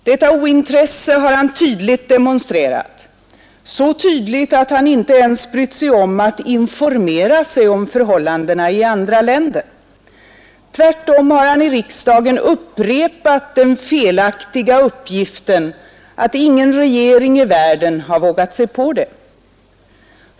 Detta ointresse har han tydligt demonstrerat — så tydligt att han inte ens brytt sig om att informera sig om förhållandena i andra länder. Tvärtom har han i riksdagen upprepat den felaktiga uppgiften att ingen regering i världen vågat sig på det.